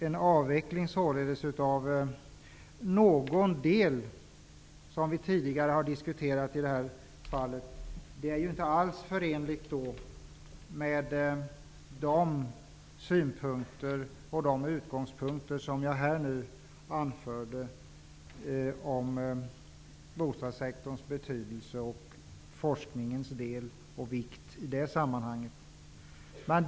En avveckling av någon del som vi tidigare har diskuterat i det här fallet är således inte alls förenlig med de synpunkter och de utgångspunkter som jag här anfört när det gäller bostadssektorns betydelse och forskningens del och vikt i det sammanhanget.